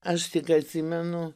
aš tik atsimenu